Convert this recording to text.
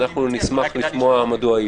אנחנו נשמח לשמוע מדוע.